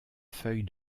feuille